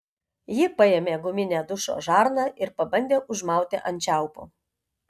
ji paėmė guminę dušo žarną ir pabandė užmauti ant čiaupo